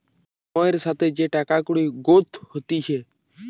সময়ের সাথে যে টাকা কুড়ির গ্রোথ হতিছে